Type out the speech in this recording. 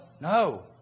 No